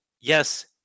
yes